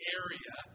area